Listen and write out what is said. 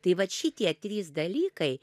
tai vat šitie trys dalykai